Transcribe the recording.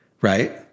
right